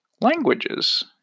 languages